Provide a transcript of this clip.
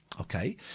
Okay